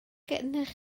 gennych